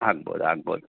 ಆಗ್ಬೋದು ಆಗ್ಬೋದು